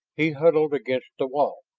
he huddled against the wall.